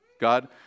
God